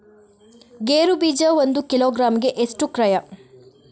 ಗೇರು ಬೀಜ ಒಂದು ಕಿಲೋಗ್ರಾಂ ಗೆ ಎಷ್ಟು ಕ್ರಯ?